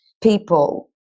people